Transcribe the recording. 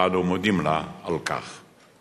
ואנו מודים לה על כך.